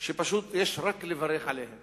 שפשוט יש רק לברך עליהן